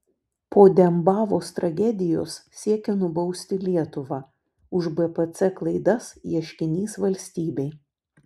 po dembavos tragedijos siekia nubausti lietuvą už bpc klaidas ieškinys valstybei